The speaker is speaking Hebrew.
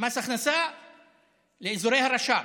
מס הכנסה לאזורי הרשות הפלסטינית,